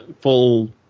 full